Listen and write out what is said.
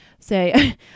Say